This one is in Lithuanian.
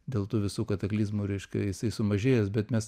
dėl tų visų kataklizmų reiškia jisai sumažėjęs bet mes